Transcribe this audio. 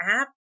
app